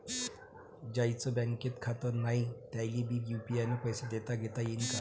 ज्याईचं बँकेत खातं नाय त्याईले बी यू.पी.आय न पैसे देताघेता येईन काय?